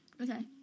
Okay